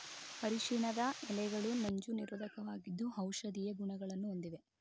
ಅರಿಶಿಣದ ಎಲೆಗಳು ನಂಜು ನಿರೋಧಕವಾಗಿದ್ದು ಔಷಧೀಯ ಗುಣಗಳನ್ನು ಹೊಂದಿವೆ